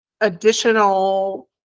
additional